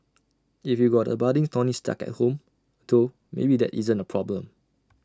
if you got A budding tony stark at home though maybe that isn't A problem